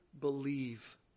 believe